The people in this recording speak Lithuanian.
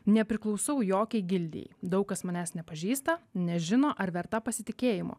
nepriklausau jokiai gildijai daug kas manęs nepažįsta nežino ar verta pasitikėjimo